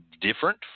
different